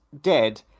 dead